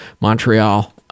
Montreal